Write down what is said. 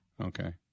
Okay